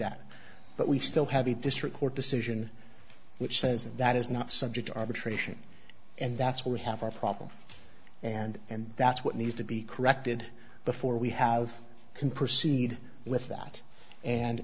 that but we still have a district court decision which says that is not subject to arbitration and that's why we have our problem and and that's what needs to be corrected before we have can proceed with that and